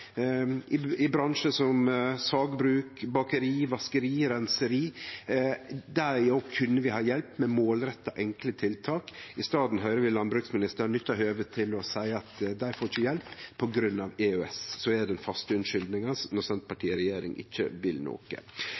som sagbruk, bakeri, vaskeri og reinseri kunne vi òg ha hjelpt med målretta, enkle tiltak. I staden høyrer vi landbruksministeren nytte høvet til å seie at dei ikkje får hjelp på grunn av EØS, som er den faste unnskyldninga når Senterpartiet i regjering ikkje vil noko.